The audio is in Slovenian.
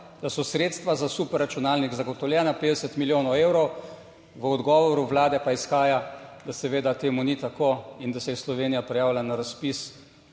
da so sredstva za superračunalnik zagotovljena, 50 milijonov evrov. V odgovoru Vlade pa izhaja, da seveda temu ni tako in da se je Slovenija prijavila na razpis,